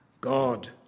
God